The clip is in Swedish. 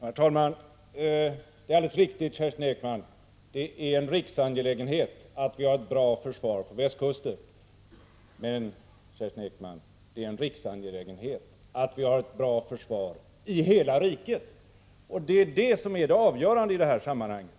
Herr talman! Det är alldeles riktigt, Kerstin Ekman, att det är en riksangelägenhet att vi har ett bra försvar på västkusten. Men, Kerstin Ekman, det är en riksangelägenhet att vi har ett bra försvar i hela riket. Det — Prot. 1985/86:127 är detta som är det avgörande i det här sammanhanget.